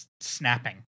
snapping